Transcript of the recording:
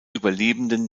überlebenden